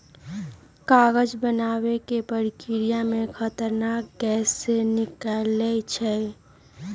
कागज बनाबे के प्रक्रिया में खतरनाक गैसें से निकलै छै